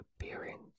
appearance